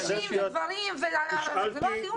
נשים, גברים, זה לא הדיון בכלל.